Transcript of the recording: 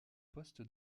poste